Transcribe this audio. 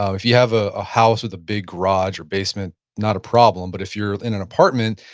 um if you have ah a house with a big garage or basement, not a problem. but if you're in an apartment,